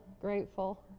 grateful